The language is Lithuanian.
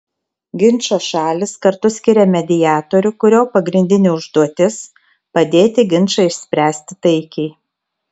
ginčo šalys kartu skiria mediatorių kurio pagrindinė užduotis padėti ginčą išspręsti taikiai